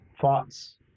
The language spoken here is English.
thoughts